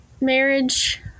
marriage